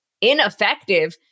ineffective